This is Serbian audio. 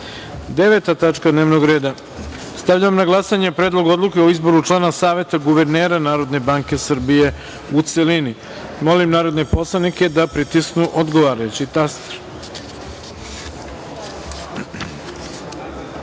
odluke. Deveta tačka dnevnog reda. Stavljam na glasanje Predlog odluke o izboru člana Saveta guvernera Narodne banke Srbije, u celini. Molim narodne poslanike da pritisnu odgovarajući